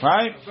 Right